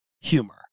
humor